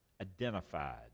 identified